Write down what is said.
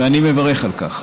ואני מברך על כך.